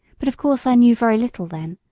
but of course i knew very little then,